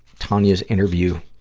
tonya's interview,